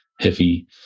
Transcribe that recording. heavy